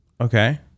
Okay